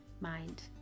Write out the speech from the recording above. mind